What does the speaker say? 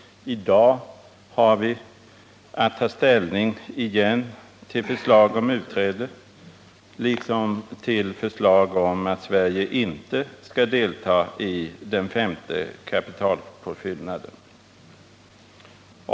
I dag har vi igen att ta ställning till förslag om utträde, liksom till förslag om att Sverige inte skall delta i den femte kapitalpåfyllnaden.